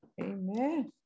Amen